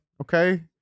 Okay